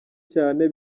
cyane